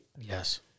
yes